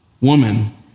Woman